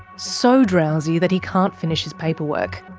so drowsy that he can't finish his paperwork,